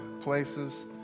places